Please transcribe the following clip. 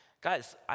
guys